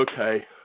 okay